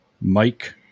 Mike